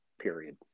period